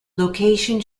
location